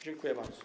Dziękuję bardzo.